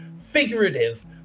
figurative